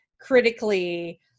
critically